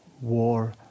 war